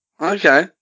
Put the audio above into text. Okay